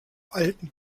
alten